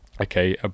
Okay